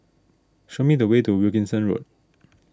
show me the way to Wilkinson Road